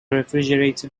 refrigerator